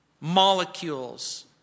molecules